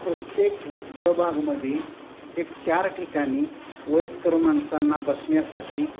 प्रत्येक प्रभागमध्ये एक चार ठिकाणी वयस्कर माणसांना बसण्यासाठी